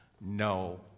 no